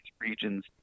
regions